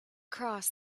cross